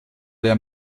der